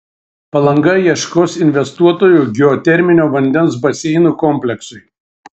palanga ieškos investuotojų geoterminio vandens baseinų kompleksui